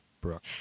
Brooke